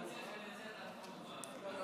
אני מציע שאני אעשה את הצעת החוק הבאה.